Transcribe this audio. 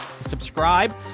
Subscribe